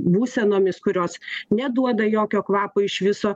būsenomis kurios neduoda jokio kvapo iš viso